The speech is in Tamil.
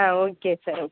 ah okay sir okay